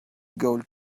gold